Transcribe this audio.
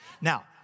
Now